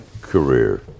career